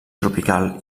tropical